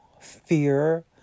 fear